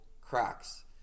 cracks